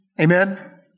Amen